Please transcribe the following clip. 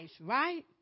right